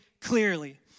clearly